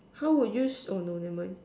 how would you oh no never mind